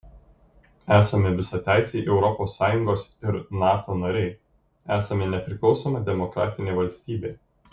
esame visateisiai europos sąjungos ir nato nariai esame nepriklausoma demokratinė valstybė